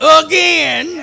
again